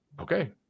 okay